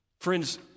friends